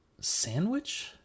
Sandwich